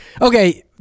Okay